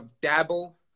dabble